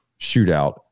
Shootout